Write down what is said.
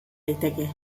daiteke